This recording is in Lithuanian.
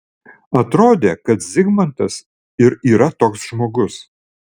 atrodė kad zigmantas ir yra toks žmogus